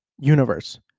universe